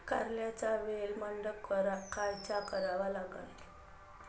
कारल्याचा वेल मंडप कायचा करावा लागन?